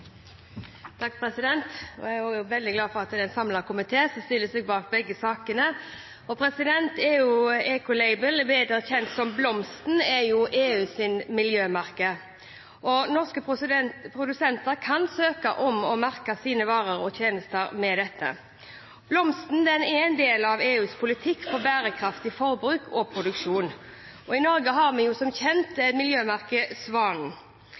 Jeg er veldig glad for at det er en samlet komité som stiller seg bak begge sakene. EU Ecolabel, bedre kjent som Blomsten, er EUs miljømerke. Norske produsenter kan søke om å merke sine varer og tjenester med dette. Blomsten er en del av EUs politikk for bærekraftig forbruk og produksjon. I Norge har vi som kjent